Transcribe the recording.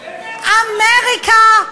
אמריקה,